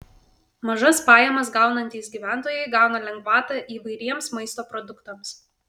mažas pajamas gaunantys gyventojai gauna lengvatą įvairiems maisto produktams